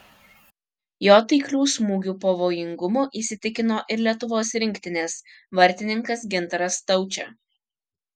jo taiklių smūgių pavojingumu įsitikino ir lietuvos rinktinės vartininkas gintaras staučė